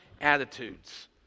attitudes